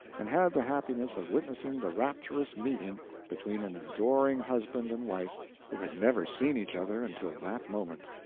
and had the happiness of witnessing the rapturous meeting between an adoring husband and wife who had never seen each other until that moment.